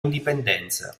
indipendenza